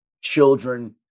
Children